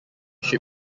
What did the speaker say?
ship